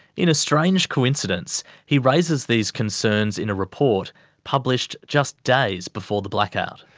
in a strange coincidence, he raises these concerns in a report published just days before the blackout.